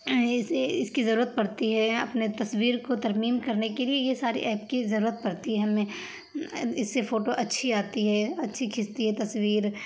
اس اس کی ضرورت پڑتی ہے اپنے تصویر کو ترمیم کرنے کے لیے یہ سارے ایپ کی ضرورت پڑتی ہے ہمیں اس سے فوٹو اچھی آتی ہے اچھی کھچتی ہے تصویر